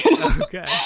Okay